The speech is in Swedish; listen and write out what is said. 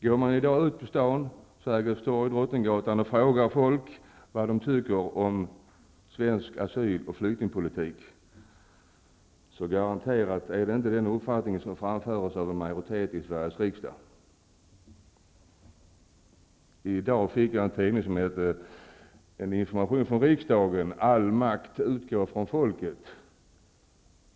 Går man i dag ut på stan -- t.ex.till Sergels torg eller ut på Drottninggatan -- och frågar människor vad de tycker om svensk asyl och flyktingpolitik framför de garanterat inte den uppfattning som en majoritet i Sveriges riksdag står för. Idag fick jag en tidning med information från riksdagen där det stod: All makt utgår från folket.